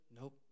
Nope